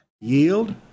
yield